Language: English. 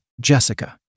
jessica